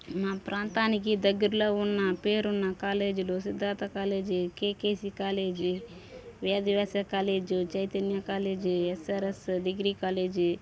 మా ప్రాంతానికి దగ్గిరిలో ఉన్న పేరున్న కాలేజీలు Siddhartha college KKC college Veda Vyasa college Chaitanya college SRS degree college